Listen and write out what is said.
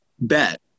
bet